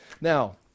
Now